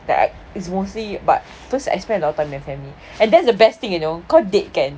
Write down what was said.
like I is mostly because I spend a lot of time with family and that's the best thing you know cause they can